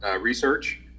research